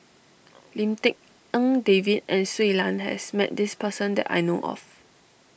Lim Tik En David and Shui Lan has met this person that I know of